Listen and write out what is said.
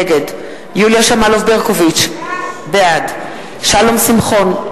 נגד יוליה שמאלוב-ברקוביץ, בעד שלום שמחון,